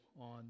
on